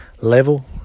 level